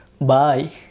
Bye